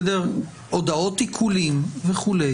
הודעות עיקולים וכו',